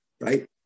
Right